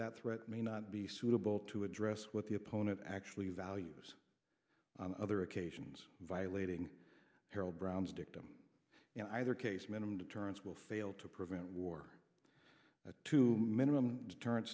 that threat may not be suitable to address what the opponent actually values on other occasions violating harold brown's dictum you know either case minimum deterrence will fail to prevent war to minimum deterren